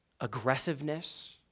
aggressiveness